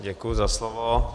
Děkuji za slovo.